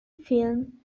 film